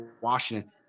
Washington